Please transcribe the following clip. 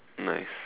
nice